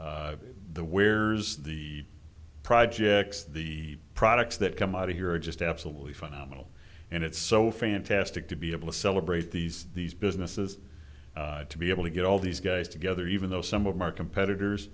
people the where's the projects the products that come out here are just absolutely phenomenal and it's so fantastic to be able to celebrate these these businesses to be able to get all these guys together even though some of our competitors